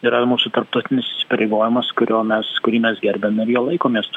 yra mūsų tarptautinis įsipareigojimas kurio mes kurį mes gerbiam jo laikomės